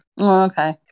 Okay